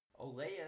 Olea